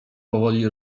powoli